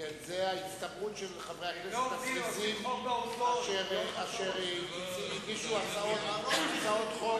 זו ההצטברות של חברי הכנסת אשר הגישו הצעות חוק.